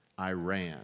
Iran